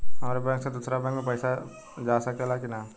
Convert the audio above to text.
हमारे बैंक से दूसरा बैंक में पैसा जा सकेला की ना?